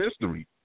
history